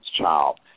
child